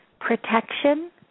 protection